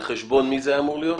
על חשבון מי זה היה אמור להיות?